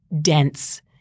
dense